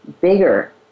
bigger